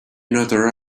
another